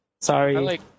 sorry